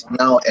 now